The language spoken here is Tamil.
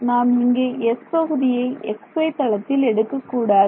நாம் இங்கே S பகுதியை x y தளத்தில் எடுக்க கூடாது